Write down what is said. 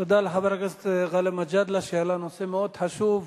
תודה לחבר הכנסת גאלב מג'אדלה שהעלה נושא מאוד חשוב,